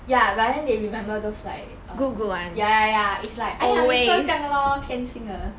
ya but then they remember those like um ya ya ya it's like 每次都这样的 lor 偏心的